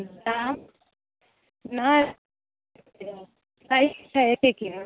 दाम नहि साइज छै एक्के किलो